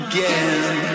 Again